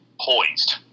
poised